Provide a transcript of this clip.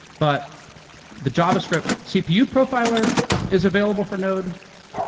but the javascript cpu profiler is available for node,